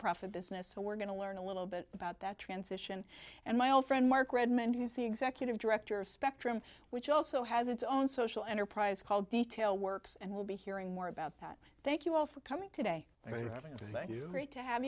nonprofit business so we're going to learn a little bit about that transition and my old friend mark redmond who's the executive director of spectrum which also has its own social enterprise called detail works and we'll be hearing more about that thank you all for coming today